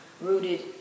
rooted